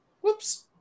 whoops